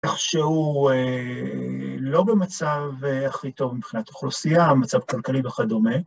איך שהוא לא במצב הכי טוב מבחינת אוכלוסייה, המצב הכלכלי וכדומה.